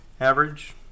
average